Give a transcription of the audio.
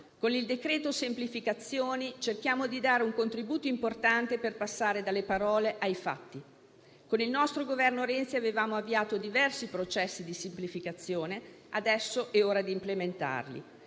con il decreto semplificazioni cerchiamo di dare un contributo importante per passare dalle parole ai fatti. Con il nostro Governo Renzi avevamo avviato diversi processi di semplificazione: adesso è ora di implementarli,